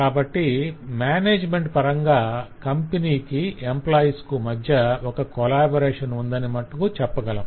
కాబట్టి మేనేజిమేంట్ పరంగా కంపెనీ కి ఎంప్లాయిస్ కు మధ్య ఒక కొలాబరేషన్ ఉందని మనం చెప్పగలం